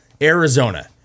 Arizona